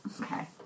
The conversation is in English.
Okay